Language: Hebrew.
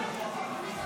לא נתקבלה.